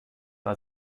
war